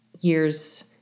years